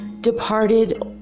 departed